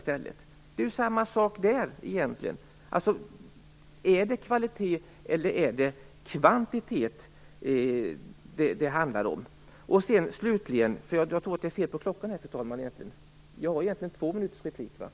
Det är samma sak där. Är det kvalitet eller kvantitet det handlar om? Jag tror att det är fel på klockan, fru talman. Jag har väl egentligen två minuters repliktid?